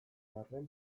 arren